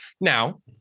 Now